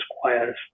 choirs